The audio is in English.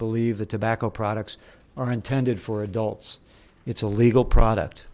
believe the tobacco products are intended for adults it's a legal product